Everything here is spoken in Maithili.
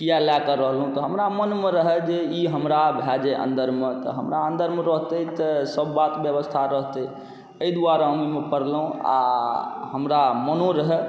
किएक लऽ कऽ रहलहुँ तऽ हमरा मोनमे रहै जे ई हमरा भऽ जाए अन्दरमे तऽ हमरा अन्दरमे रहतै तऽ सब बात बेबस्था रहतै एहि दुआरे हम एहिमे पड़लहुँ आओर हमरा मोनो रहै